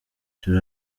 turi